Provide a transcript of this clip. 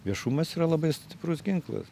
viešumas yra labai stiprus ginklas